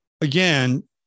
Again